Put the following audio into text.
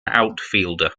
outfielder